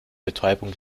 betäubung